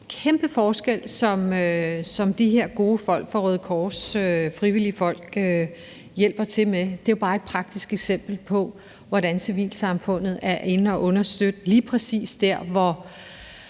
kæmpe forskel, som de her gode frivillige folk fra Røde Kors gør med deres hjælp, og det er jo bare et praktisk eksempel på, hvordan civilsamfundet er inde at understøtte lige præcis der, hvor